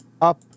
up